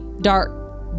dark